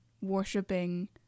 worshipping